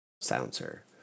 Silencer